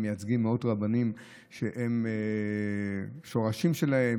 הם מייצגים מאות רבנים שהם השורשים שלהם